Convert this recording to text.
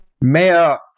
Mayor